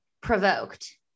provoked